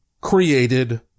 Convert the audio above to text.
created